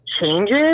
changes